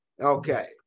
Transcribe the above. Okay